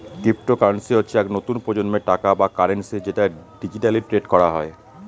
cryptocurrency হচ্ছে এক নতুন প্রজন্মের টাকা বা কারেন্সি যেটা ডিজিটালি ট্রেড করা হয়